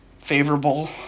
favorable